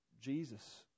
Jesus